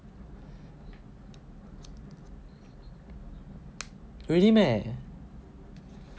really meh